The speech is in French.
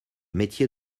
métier